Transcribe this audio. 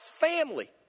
family